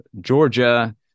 Georgia